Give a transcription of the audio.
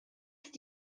ist